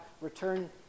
return